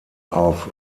auf